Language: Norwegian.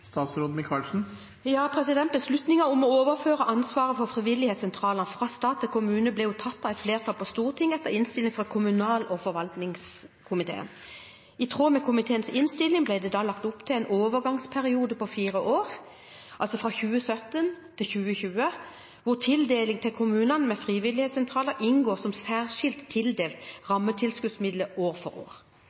om å overføre ansvaret for frivillighetssentralene fra stat til kommune ble tatt av et flertall på Stortinget etter innstilling fra kommunal- og forvaltningskomiteen. I tråd med komiteens innstilling ble det da lagt opp til en overgangsperiode på fire år, altså fra 2017 til 2020, hvor tildeling til kommunene med frivillighetssentraler inngår som særskilt tildelte rammetilskuddsmidler år for år.